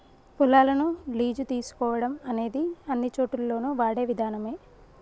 పొలాలను లీజు తీసుకోవడం అనేది అన్నిచోటుల్లోను వాడే విధానమే